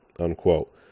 unquote